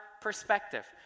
perspective